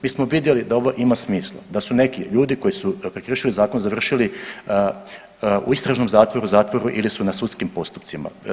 Mi smo vidjeli da ovo ima smisla, da su neki ljudi koji su prekršili zakon završili u istražnom zatvoru, zatvoru ili su na sudskim postupcima.